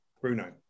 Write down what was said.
Bruno